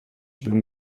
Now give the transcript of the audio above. bym